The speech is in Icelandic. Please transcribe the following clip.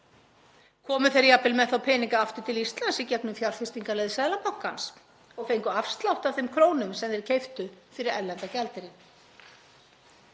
Komu þeir jafnvel með þá peninga aftur til Íslands í gegnum fjárfestingarleið Seðlabankans og fengu afslátt af þeim krónum sem þeir keyptu fyrir erlendan gjaldeyri?